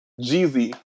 Jeezy